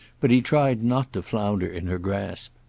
but he tried not to flounder in her grasp.